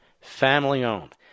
Family-owned